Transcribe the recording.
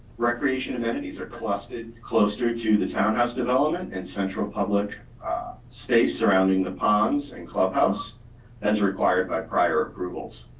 recreation of entities are clustered clustered to the townhouse development and central public space surrounding the ponds and clubhouse as required by prior approvals.